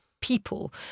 people